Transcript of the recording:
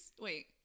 Wait